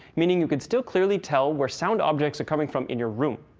meaning you can still clearly tell where sound objects are coming from in your room.